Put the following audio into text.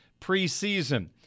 preseason